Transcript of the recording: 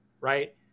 right